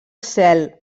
cel